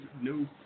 no